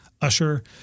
usher